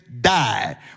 died